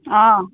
অঁ